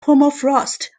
permafrost